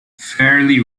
fairly